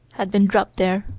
had been dropped there.